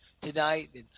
tonight